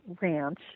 ranch